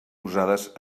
usades